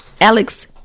Alex